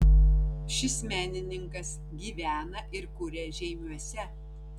šis menininkas gyvena ir kuria žeimiuose